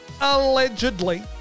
allegedly